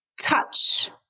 touch